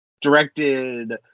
Directed